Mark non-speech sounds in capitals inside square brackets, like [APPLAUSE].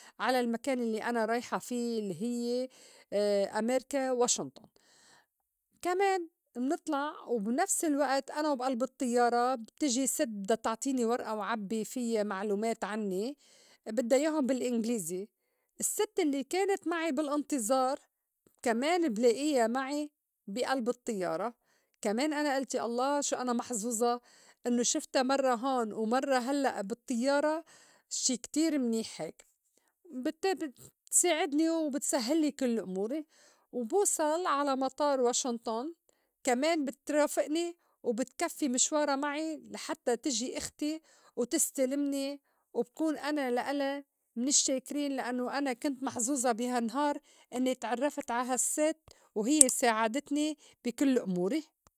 على المكان يلّي أنا رايحة في الّي هيّ [HESITATION] أميركا واشنطُن كمان منطلع وبنفس الوئت أنا وبي ألب الطيّارة بتيجي ست بدّا تعطيني ورئة وعبّي فيّا معلومات عنّي بدّا ياهُن بالإنغليزي السّت الّي كانت معي بالإنتظار كمان بلائيها معي بي ألب الطيّارة، كمان أنا ألِت يا الله شو أنا محظوظة إنّو شِفتا مرّة هون ومرّة هلّأ بالطيّارة شي كتير منيح هيك، بت- بتساعدني وبتسهلّي كل أموري، وبوصَل على مطار واشنطُن كمان بترافئني وبتكفّي مشوارا معي لحتّى تيجي إختي وتستلمني وبكون أنا لا إلا من الشّاكرين لإنّو أنا كنت محظوظة بي هالنهار إنّي تعرّفت عا هاسّت وهيّ ساعدتني [NOISE] بي كل أموري.